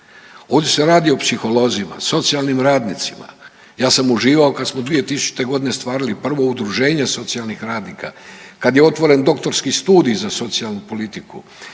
Ovdje se radi o psiholozima, socijalnim radnicima. Ja sam uživao kad smo 2000.g. stvarali prvo udruženje socijalnih radnika, kad je otvoren doktorski studij za socijalnu politiku,